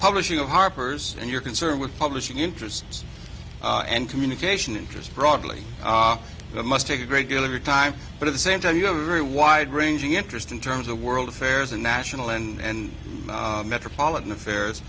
publishing of harper's and your concern with publishing interests and communication interest broadly that must take a great deal of your time but at the same time you have a very wide ranging interest in terms of world affairs and national and metropolitan affairs